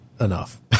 enough